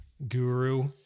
guru